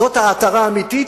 זאת העטרה האמיתית,